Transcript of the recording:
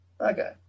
Okay